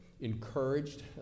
encouraged